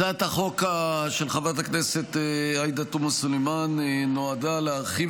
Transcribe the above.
הצעת החוק של חברת הכנסת עאידה תומא סלימאן נועדה להרחיב